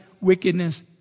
wickedness